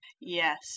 Yes